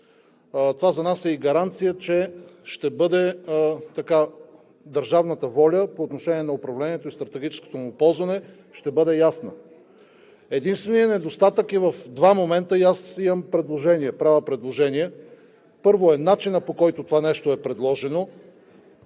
Това за нас е и гаранция, че държавната воля по отношение на управлението и стратегическото му ползване ще бъде ясна. Единственият недостатък е в два момента и аз имам предложение. Правя предложение: първо е начинът, по който това нещо е предложено.